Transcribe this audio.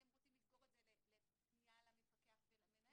אתם רוצים לסגור את זה לפנייה למפקח ומנהל?